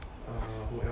err who else ah